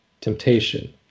temptation